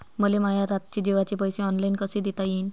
मले माया रातचे जेवाचे पैसे ऑनलाईन कसे देता येईन?